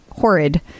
horrid